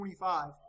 25